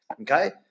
okay